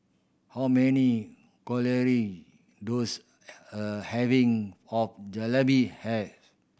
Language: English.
how many calorie does a having of Jalebi has